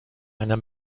einer